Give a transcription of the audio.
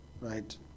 Right